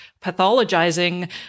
pathologizing